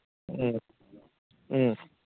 ꯎꯝ ꯎꯝ